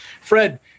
Fred